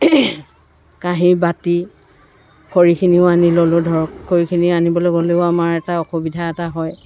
কাঁহী বাতি খৰিখিনিও আনি ল'লোঁ ধৰক খৰিখিনি আনিবলৈ গ'লেও আমাৰ এটা অসুবিধা এটা হয়